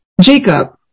Jacob